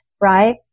Right